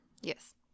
Yes